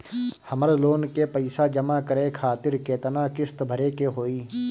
हमर लोन के पइसा जमा करे खातिर केतना किस्त भरे के होई?